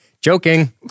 Joking